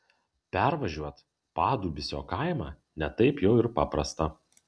pervažiuot padubysio kaimą ne taip jau ir paprasta